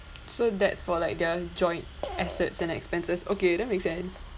so that's for like their joint assets and expenses okay that makes sense